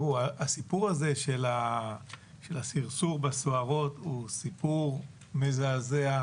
הסיפור הזה של הסרסור בסוהרות הוא סיפור מזעזע,